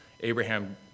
Abraham